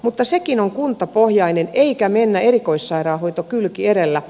mutta sekin on kuntapohjainen eikä mennä erikoissairaanhoito kylki edellä